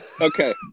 okay